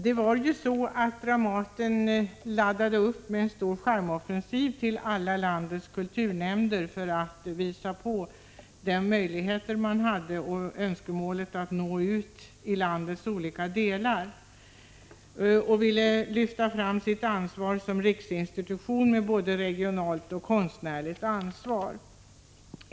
Dramaten laddade ju upp med en stor charmoffensiv till alla landets kulturnämnder för att visa på de möjligheter man hade och på önskemålet att nå ut till landets olika delar. Man ville också lyfta fram sitt ansvar som riksinstitution med både regionalt och konstnärligt ansvar.